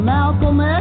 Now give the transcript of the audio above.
Malcolm